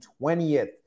20th